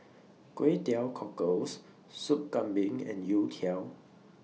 Kway Teow Cockles Sup Kambing and Youtiao